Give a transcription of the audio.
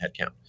headcount